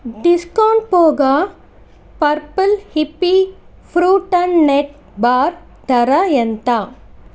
discount పోగా purple hippie fruit and net bar ధర ఎంత